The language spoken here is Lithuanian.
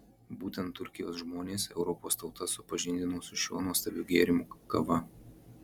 būtent turkijos žmonės europos tautas supažindino su šiuo nuostabiu gėrimu kava